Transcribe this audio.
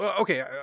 Okay